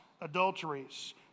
adulteries